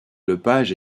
lepage